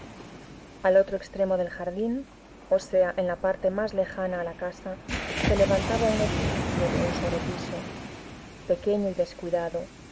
al otro extremo del jardín o sea en la parte más lejana a la casa se levantaba un edificio de un solo piso pequeño y descuidado